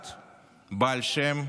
אחד, בעל שם,